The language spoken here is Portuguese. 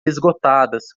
esgotadas